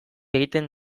egiten